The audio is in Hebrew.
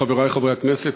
חברי חברי הכנסת,